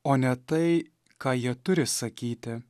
o ne tai ką jie turi sakyti